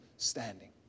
standing